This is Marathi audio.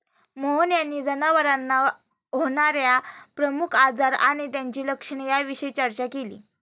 मोहन यांनी जनावरांना होणार्या प्रमुख आजार आणि त्यांची लक्षणे याविषयी चर्चा केली